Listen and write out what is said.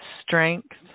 strength